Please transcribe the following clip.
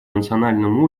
национальном